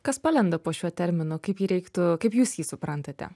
kas palenda po šiuo terminu kaip jį reiktų kaip jūs jį suprantate